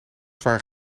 zwaar